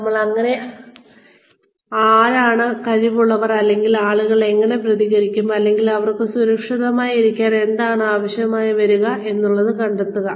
നിങ്ങൾ എങ്ങനെ ആരാണ് കഴിവുള്ളവൻ അല്ലെങ്കിൽ ആളുകൾ എങ്ങനെ പ്രതികരിക്കും അല്ലെങ്കിൽ അവർക്ക് സുരക്ഷിതമായി ഇരിക്കാൻ എന്താണ് ആവശ്യമായി വരുക എന്നുള്ളത് കണ്ടെത്തുക